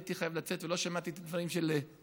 הייתי חייב לצאת ולא שמעתי את הדברים של רויטל,